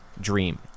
dream